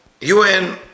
UN